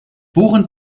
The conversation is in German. worin